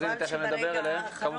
כן, אבל חבל שברגע האחרון.